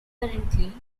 apparently